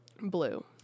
blue